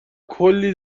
کلی